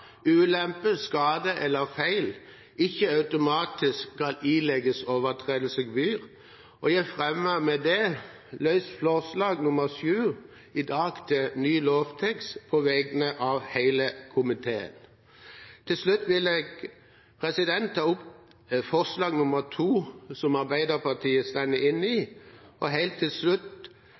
ulempe, skade eller feil, ikke automatisk skal ilegges overtredelsesgebyr. Jeg fremmer med det forslag nr. 7 i dag, forslag til ny lovtekst, på vegne av hele komiteen. Til slutt vil jeg ta opp forslag nr. 2, som Arbeiderpartiet er med på. Og helt til slutt